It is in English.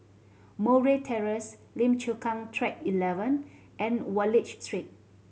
Murray Terrace Lim Chu Kang Track Eleven and Wallich Street